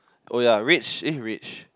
oh ya rich eh rich